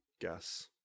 guess